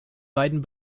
beiden